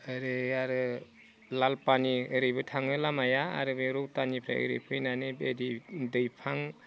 ओरै आरो लालपानि ओरैबो थाङो आरो बे रौतानिफ्राय ओरै फैनानै बेबादि दैफां